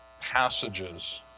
passages